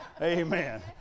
Amen